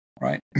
right